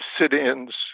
sit-ins